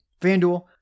FanDuel